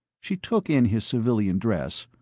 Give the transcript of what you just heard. she took in his civilian dress,